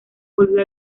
volvió